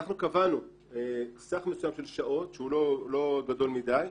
אנחנו קבענו סך מסוים של שעות שהוא לא גדול מדי,